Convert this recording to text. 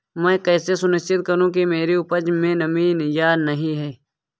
मैं कैसे सुनिश्चित करूँ कि मेरी उपज में नमी है या नहीं है?